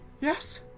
yes